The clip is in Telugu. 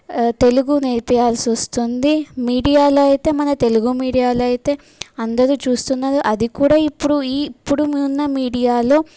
తెలుగు నేర్పియాల్సి వస్తుంది మీడియాలో అయితే మన తెలుగు మీడియాలో అయితే అందరు చూస్తున్నారు అది కూడా ఇప్పుడు ఈ ఇప్పుడు ఉన్న మీడియాలో